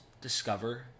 discover